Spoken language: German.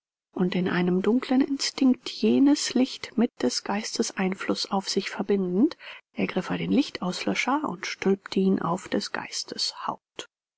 und in einem dunklen instinkt jenes licht mit des geistes einfluß auf sich verbindend ergriff er den lichtauslöscher und stülpte ihn auf des geistes haupt